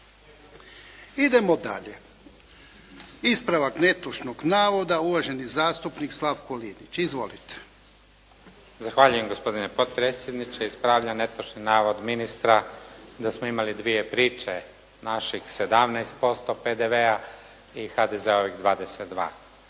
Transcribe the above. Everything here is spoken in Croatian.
Idemo dalje. Ispravak netočnog navoda uvaženi zastupnik Slavko Linić. Izvolite. **Linić, Slavko (SDP)** Zahvaljujem gospodine potpredsjedniče, ispravljam netočni navod ministra da smo imali dvije priče. Naših 17% PDV-a i HDZ-ovih